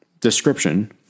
description